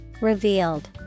Revealed